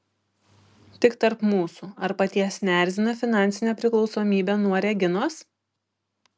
tik tarp mūsų ar paties neerzina finansinė priklausomybė nuo reginos